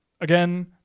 Again